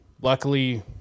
luckily